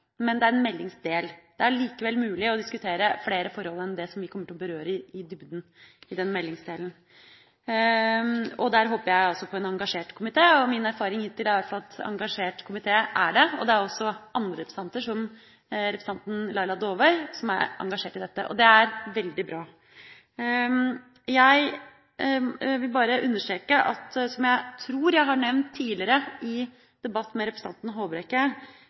men det er en meldingsdel. Det er likevel mulig å diskutere flere forhold enn dem vi kommer til å berøre i dybden i meldingsdelen. Der håper jeg på en engasjert komité, og min erfaring hittil er at det er en engasjert komité. Det er også andre representanter, som representanten Laila Dåvøy, som er engasjert i dette. Det er veldig bra. Jeg vil bare understreke – som jeg tror jeg har nevnt tidligere i debatt med representanten